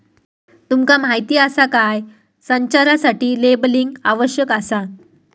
तुमका माहीत आसा काय?, संचारासाठी लेबलिंग आवश्यक आसा